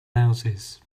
louses